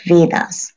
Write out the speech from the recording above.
Vedas